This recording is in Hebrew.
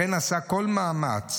לכן עשה כל מאמץ,